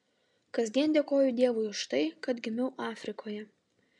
kasdien dėkoju dievui už tai kad gimiau afrikoje